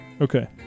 Okay